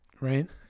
right